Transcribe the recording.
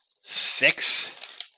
six